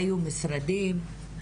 היו משרדים,